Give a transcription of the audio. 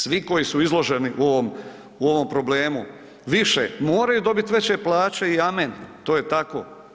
Svi koji su izloženi u ovom, u ovom problemu, više moraju dobit veće plaće i amen, to je tako.